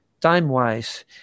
time-wise